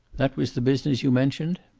that was the business you mentioned?